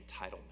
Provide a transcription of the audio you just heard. entitlement